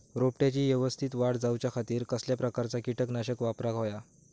रोपट्याची यवस्तित वाढ जाऊच्या खातीर कसल्या प्रकारचा किटकनाशक वापराक होया?